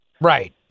Right